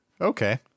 Okay